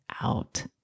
out